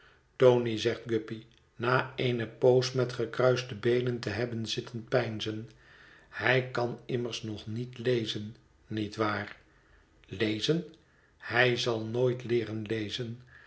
tony zegt guppy na eene poos met gekruiste beenen te hebben zitten peinzen hij kan immers nog niet lezen niet waar lezen hij zal nooit leeren lezen